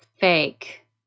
fake